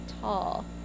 tall